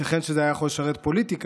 ייתכן שזה היה יכול לשרת פוליטיקה,